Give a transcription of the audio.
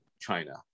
china